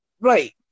right